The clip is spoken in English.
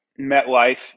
metlife